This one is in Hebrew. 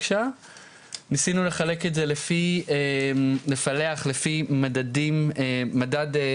ניסינו לחלק את זה לפי מדד סוציו-אקונומי,